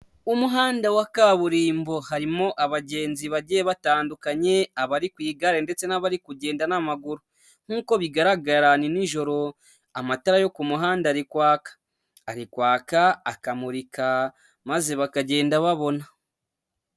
Umuhanda wa kaburimbo harimo abagenzi bagiye batandukanye, abari ku igare ndetse n'abari kugenda n'amaguru nk'uko bigaragara ni nijoro amatara yo ku muhanda ari kwaka, ari kwaka akamurika maze bakagenda babona.